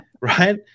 right